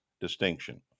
distinction